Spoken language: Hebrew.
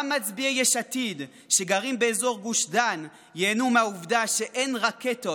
גם מצביעי יש עתיד שגרים באזור גוש דן ייהנו מהעובדה שאין רקטות,